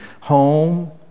home